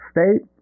State